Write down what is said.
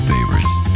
Favorites